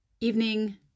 evening